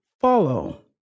follow